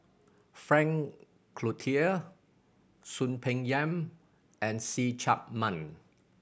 Frank Cloutier Soon Peng Yam and See Chak Mun